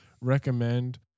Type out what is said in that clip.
recommend